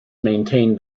maintained